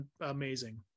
amazing